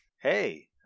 Hey